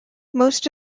most